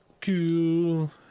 cool